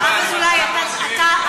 הלוואי שכך.